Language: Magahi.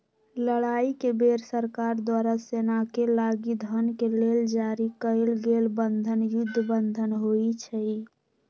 लड़ाई के बेर सरकार द्वारा सेनाके लागी धन के लेल जारी कएल गेल बन्धन युद्ध बन्धन होइ छइ